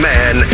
Man